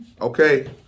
Okay